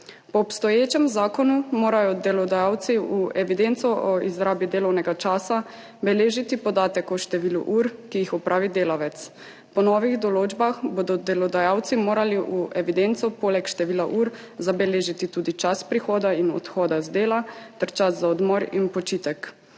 Po obstoječem zakonu morajo delodajalci v evidenci o izrabi delovnega časa beležiti podatek o številu ur, ki jih opravi delavec. Po novih določbah bodo delodajalci morali v evidenco poleg števila ur zabeležiti tudi čas prihoda in odhoda z dela ter čas za odmor in počitek.